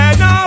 no